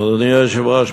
אדוני היושב-ראש,